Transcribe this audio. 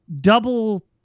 double